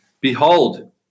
Behold